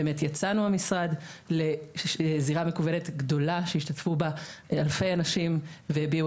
יצאנו במשרד לזירה מקוונת גדולה שהשתתפו בה אלפי אנשים והביעו